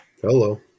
hello